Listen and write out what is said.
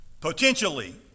potentially